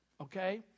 Okay